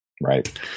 Right